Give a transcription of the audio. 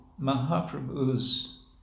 Mahaprabhu's